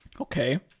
Okay